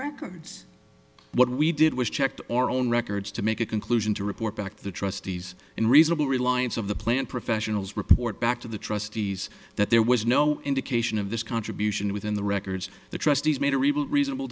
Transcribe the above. records what we did was checked our own records to make a conclusion to report back to the trustees and reasonable reliance of the plant professionals report back to the trustees that there was no indication of this contribution within the records the trustees made a rebuilt reasonable